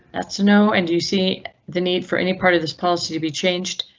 that's no, and you see the need for any part of this policy to be changed.